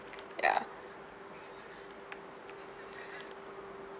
ya